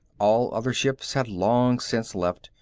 all other ships had long since left,